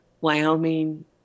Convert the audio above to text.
Wyoming